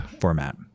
format